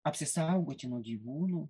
apsisaugoti nuo gyvūnų